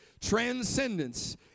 Transcendence